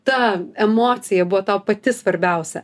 ta emocija buvo tau pati svarbiausia